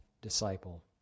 disciple